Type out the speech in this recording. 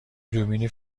دوربین